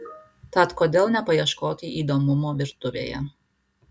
tad kodėl nepaieškoti įdomumo virtuvėje